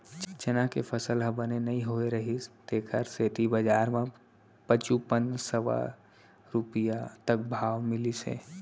चना के फसल ह बने नइ होए रहिस तेखर सेती बजार म पचुपन सव रूपिया तक भाव मिलिस हे